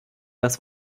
das